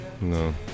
No